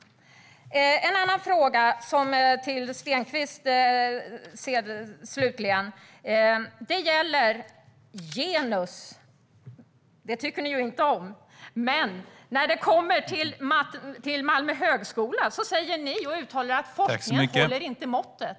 Jag har en annan fråga till Robert Stenkvist. Den gäller genus, och det tycker ni ju inte om. Men när det kommer till Malmö högskola säger ni att den forskningen inte håller måttet.